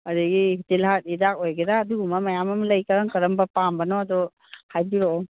ꯑꯗꯒꯤ ꯇꯤꯜꯍꯥꯠ ꯍꯤꯗꯥꯛ ꯑꯣꯏꯒꯦꯔꯥ ꯑꯗꯨꯒꯨꯝꯕ ꯃꯌꯥꯝ ꯑꯃ ꯂꯩ ꯀꯔꯝ ꯀꯔꯝꯕ ꯄꯥꯝꯕꯅꯣꯗꯣ ꯍꯥꯏꯕꯤꯔꯛꯑꯣ